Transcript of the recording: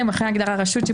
מה לעשות?